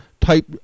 type